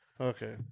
Okay